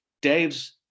dave's